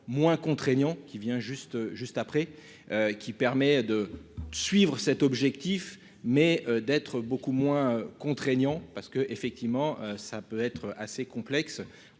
moins contraignant qui vient juste juste après. Qui permet de suivre cet objectif mais d'être beaucoup moins contraignant parce que effectivement ça peut être assez complexe